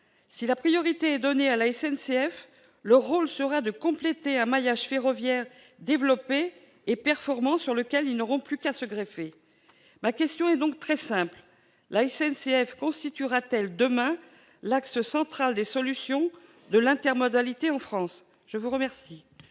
si la priorité est donnée à la SNCF, leur rôle sera de compléter un maillage ferroviaire développé et performant, sur lequel ils n'auront plus qu'à se greffer. Ma question est donc très simple : la SNCF constituera-t-elle demain l'axe central de l'intermodalité en France ? La parole